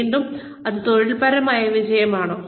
വീണ്ടും ഇത് തൊഴിൽപരമായ വിജയമാണോ